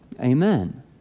Amen